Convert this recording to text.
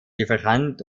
lieferant